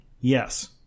Yes